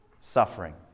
suffering